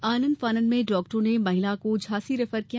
आनन फानन में डॉक्टरों ने महिलाओं को झांसी रेफर कर दिया